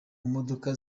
modoka